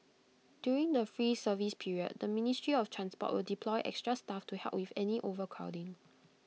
during the free service period the ministry of transport will deploy extra staff to help with any overcrowding